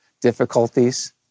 difficulties